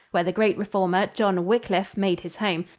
where the great reformer, john wyclif, made his home,